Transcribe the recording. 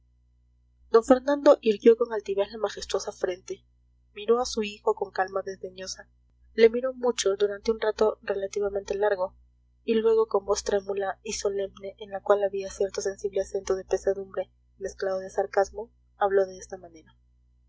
d fernando irguió con altivez la majestuosa frente miró a su hijo con calma desdeñosa le miró mucho durante un rato relativamente largo y luego con voz trémula y solemne en la cual había cierto sensible acento de pesadumbre mezclado de sarcasmo habló de esta manera